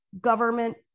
government